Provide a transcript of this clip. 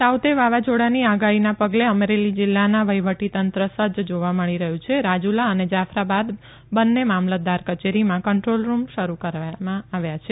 તાઉ તે વાવાઝોડાની આગાફીના પગલે અમરેલી જિલ્લા વફીવટી તંત્ર સજ્જ જોવા મળી રહ્યું છે રાજુલા અને જાફરાબાદ બંને મામલતદાર કચેરીમાં કંટ્રોલ રૂમ શરૂ કર્યા છે